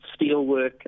Steelwork